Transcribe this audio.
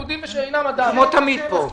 יהודים ושאינם --- כמו תמיד פה.